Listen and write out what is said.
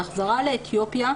ההחזרה לאתיופיה,